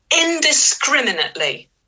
indiscriminately